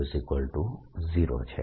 ⍴00 છે